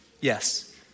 yes